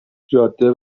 جاده